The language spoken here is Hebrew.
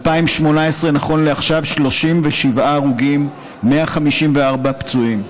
2018, נכון לעכשיו, 37 הרוגים, 154 פצועים.